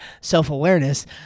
self-awareness